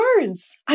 words